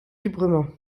librement